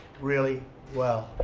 really well.